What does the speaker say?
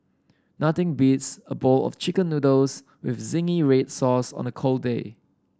nothing beats a bowl of chicken noodles with zingy read sauce on a cold day